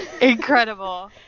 incredible